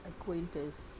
acquaintance